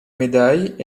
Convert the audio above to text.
médailles